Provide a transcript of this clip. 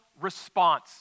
response